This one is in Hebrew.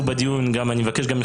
אני מבקש מכולם,